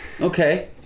Okay